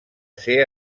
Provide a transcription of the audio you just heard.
ser